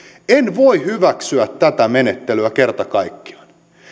en voi hyväksyä tätä menettelyä kerta kaikkiaan